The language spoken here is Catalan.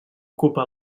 ocupa